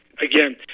again